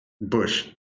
Bush